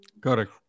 Correct